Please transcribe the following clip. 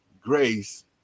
grace